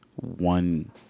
one